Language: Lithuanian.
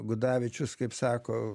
gudavičius kaip sako